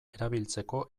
erabiltzeko